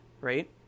right